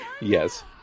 Yes